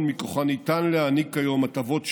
שמכוחן ניתן להעניק היום הטבות שונות,